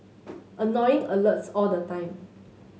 annoying alerts all the time